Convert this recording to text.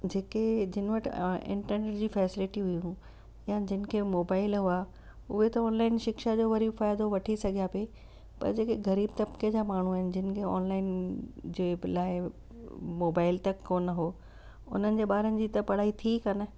जेके जिन वटि इंटरनेट जी फैसिलिटी हुयूं या जिन खे मोबाइल हुआ उहे त ऑनलाइन शिक्षा जो वरी फ़ाइदो वठी सघिया पई पर जेके ग़रीब तपके जा माण्हू आहिनि जिन खे ऑनलाइन जे लाइ मोबाइल तक कोन हुओ उन्हनि जे ॿारनि जी त पढ़ाई थी कोन